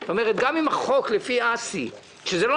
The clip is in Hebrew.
זאת אומרת גם אם החוק קובע לפי אסי מסינג שזה לא